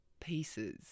pieces